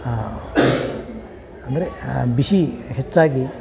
ಅಂದರೆ ಬಿಸಿ ಹೆಚ್ಚಾಗಿ